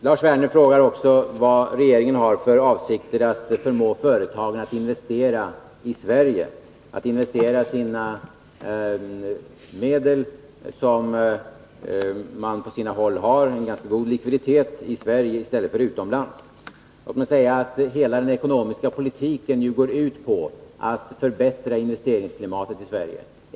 Lars Werner frågar också vilka åtgärder regeringen har för avsikt att vidta för att förmå företagare att investera — man har på sina håll en ganska god likviditet — i Sverige i stället för utomlands. Låt mig säga att hela den ekonomiska politiken nu går ut på att förbättra investeringsklimatet i Sverige.